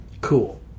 cool